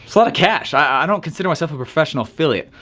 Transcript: lot of cash. i don't consider myself a professional affiliate.